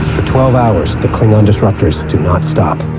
for twelve hours, the klingon disruptors do not stop.